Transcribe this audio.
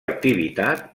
activitat